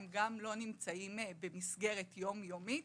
הם גם לא נמצאים במסגרת יומיומית